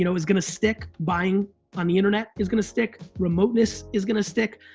you know is gonna stick. buying on the internet is gonna stick. remoteness is gonna stick.